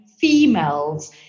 females